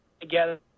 together